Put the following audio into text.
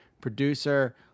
Producer